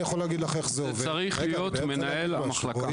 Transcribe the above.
זה צריך להיות מנהל המחלקה.